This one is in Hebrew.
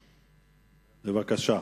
בבקשה.